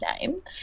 name